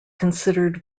considered